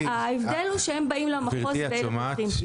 ההבדל הוא שאלה באים למחוז ואלה פותחים תיק.